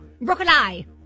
Broccoli